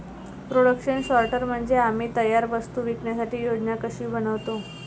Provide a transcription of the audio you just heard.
production सॉर्टर म्हणजे आम्ही तयार वस्तू विकण्याची योजना कशी बनवतो